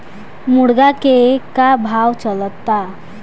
मुर्गा के का भाव चलता?